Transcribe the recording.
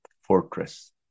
fortress